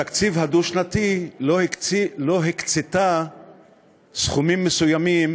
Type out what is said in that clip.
בתקציב הדו-שנתי, לא הקצתה סכומים מסוימים